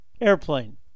airplane